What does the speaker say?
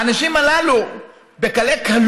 האנשים הללו בקלי-קלות